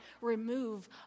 remove